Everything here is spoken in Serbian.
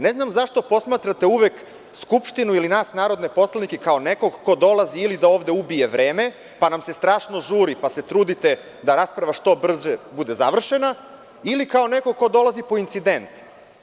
Ne znam zašto posmatrate uvek skupštinu ili nas narodne poslanike kao nekog ko dolazi ovde ili da ubije vreme, pa nam se strašno žuri, pa se trudite da rasprava što brže bude završena, ili kao neko ko dolazi po incident.